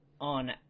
on